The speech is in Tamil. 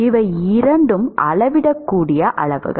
இவை இரண்டும் அளவிடக்கூடிய அளவுகள்